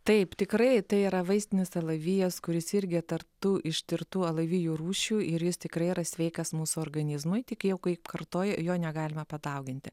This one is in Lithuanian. taip tikrai tai yra vaistinis alavijas kuris irgi tartų ištirtų alavijų rūšių ir jis tikrai yra sveikas mūsų organizmui tik jau kai kartoju jo negalima padauginti